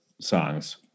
songs